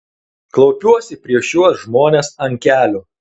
klaupiuosi prieš šiuos žmones ant kelių